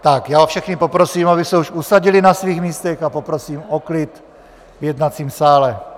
Tak já všechny poprosím, aby se už usadili na svých místech, a poprosím o klid v jednacím sále.